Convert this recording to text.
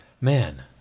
man